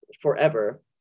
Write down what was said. forever